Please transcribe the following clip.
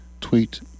tweet